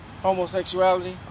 homosexuality